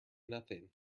nothing